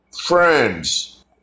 friends